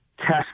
Test